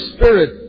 Spirit